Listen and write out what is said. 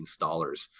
installers